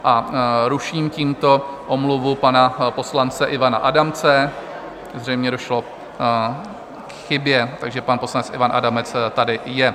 A ruším tímto omluvu pana poslance Ivana Adamce, zřejmě došlo k chybě, takže pan poslanec Ivan Adamec tady je.